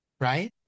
right